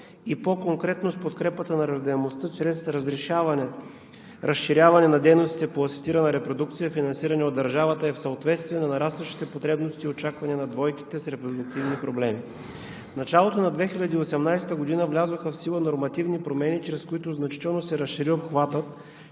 и по-конкретно с подкрепата на раждаемостта чрез разширяване на дейностите по асистирана репродукция, финансирани от държавата, е в съответствие на нарастващите потребности и очаквания на двойките с репродуктивни проблеми. В началото на 2018 г. влязоха в сила нормативни промени, чрез които значително се разшири обхватът